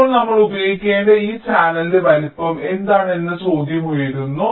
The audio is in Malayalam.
ഇപ്പോൾ നമ്മൾ ഉപയോഗിക്കേണ്ട ഈ ചാനലിന്റെ വലുപ്പം എന്താണ് എന്ന ചോദ്യം ഉയരുന്നു